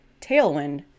Tailwind